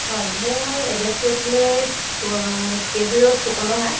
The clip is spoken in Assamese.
হয় মোৰ এড্ৰেচটো আছিল কে বি ৰোড ফুকন ৰহা